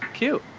cute.